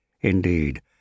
Indeed